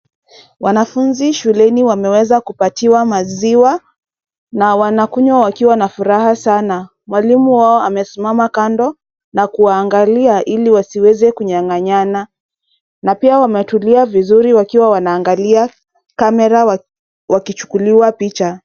Wanafunzi shuleni wameweza kupatiwa maziwa, na wanakunywa wakiwa na furaha sana, mwalimu wao amesimama kando na kuwaangalia ili wasiweze kunyang'anyana, na pia wametulia vizuri wakiwa wanaangalia camera wakichukuliwa picha.